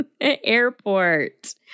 airport